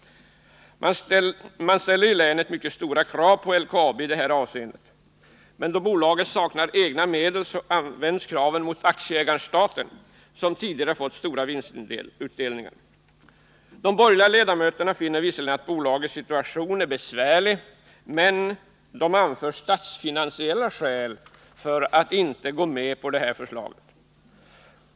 Man ställer i länet mycket stora krav på LKAB i detta avseende, men då bolaget saknar egna medel, vänds kraven mot aktieägaren-staten, som tidigare fått stora vinstutdelningar. De borgerliga ledamöterna finner visserligen att bolagets situation är besvärlig, men de anför statsfinansiella skäl för att inte vilja gå med på detta förslag.